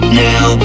now